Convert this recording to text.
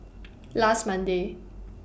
last Monday